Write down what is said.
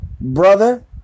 brother